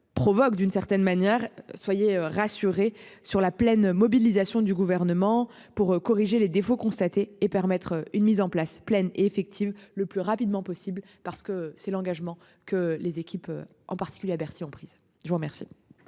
Provoque d'une certaine manière, soyez rassurés sur la pleine mobilisation du gouvernement pour corriger les défauts constatés et permettre une mise en place pleine et effective le plus rapidement possible parce que c'est l'engagement que les équipes en particulier à Bercy en prise je vous remercie.